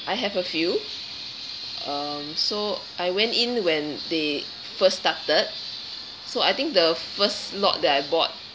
I have a few um so I went in when they first started so I think the first lot that I bought